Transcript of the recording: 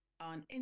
on